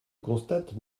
constate